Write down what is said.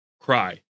cry